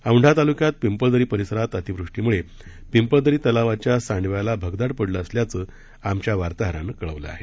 औंढा तालुक्यात पिंपळदरी परीसरात अतीवृष्टीमुळे पिंपळदरी तलावाच्या सांडव्याला भगदाड पडलं असल्याचं आमच्या वार्ताहरानं कळवलं आहे